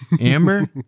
Amber